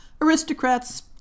Aristocrats